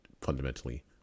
fundamentally